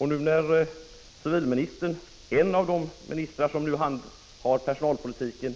När nu civilministern — en av de ministrar som handhar personalpolitiken